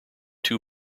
two